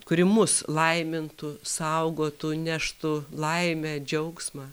kuri mus laimintų saugotų neštų laimę džiaugsmą